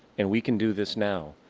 and we can do this now,